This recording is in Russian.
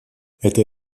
эта